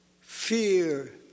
fear